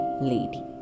lady